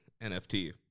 NFT